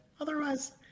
otherwise